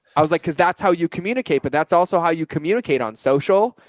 i was like, cause that's how you communicate, but that's also how you communicate on social,